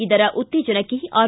ಇದರ ಉತ್ತೇಜನಕ್ಕೆ ಆರ